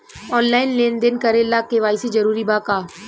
Online लेन देन करे ला के.वाइ.सी जरूरी बा का?